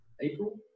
April